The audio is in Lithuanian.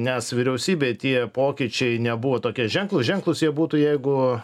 nes vyriausybėj tie pokyčiai nebuvo tokie ženklūs ženklūs jie būtų jeigu